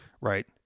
right